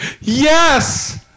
Yes